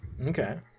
Okay